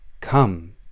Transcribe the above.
come